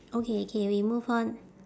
okay K we move on